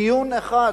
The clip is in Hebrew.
דיון אחד